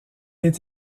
est